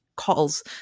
calls